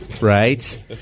Right